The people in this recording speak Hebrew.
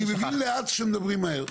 אני מבין מהר כשמדברים לאט.